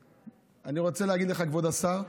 אני רוצה להגיד לך, כבוד השר,